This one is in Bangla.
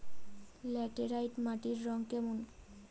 ল্যাটেরাইট মাটির রং কেমন?